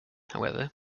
however